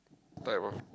type of